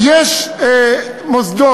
שנייה.